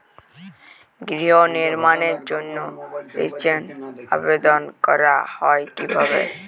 গৃহ নির্মাণের জন্য ঋণের আবেদন করা হয় কিভাবে?